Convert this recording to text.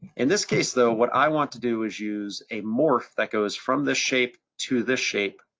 in this case, though, what i want to do is use a morph that goes from this shape to this shape,